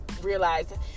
realized